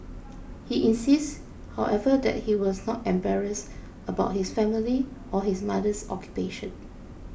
he insists however that he was not embarrassed about his family or his mother's occupation